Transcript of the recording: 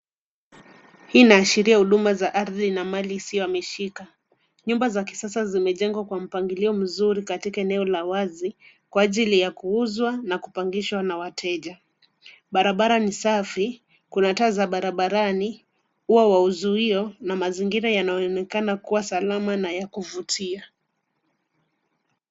Hii inaashiria huduma za ardhi na mali isiyo ameshika. Nyumba za kisasa zimejengwa kwa mpangilio mzuri katika eneo la wazi, kwa ajili ya kuuzwa na kupangishwa na wateja. Barabara ni safi, kuna taa za barabarani, ua wa uzuio na mazingira yanayoonekana kuwa salama na ya kuvutia.